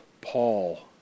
Paul